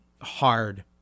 hard